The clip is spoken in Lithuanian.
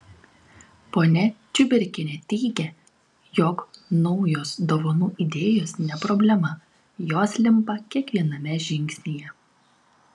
ponia čiuberkienė teigia jog naujos dovanų idėjos ne problema jos limpa kiekviename žingsnyje